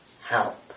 help